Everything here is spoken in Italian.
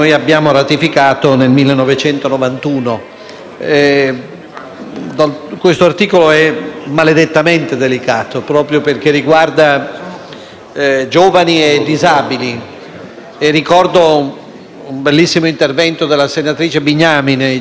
Questo articolo è maledettamente delicato, proprio perché riguarda giovani e disabili e ricordo un bellissimo intervento della senatrice Bignami, nei giorni scorsi, in sede di discussione generale, a questo proposito.